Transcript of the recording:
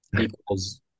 equals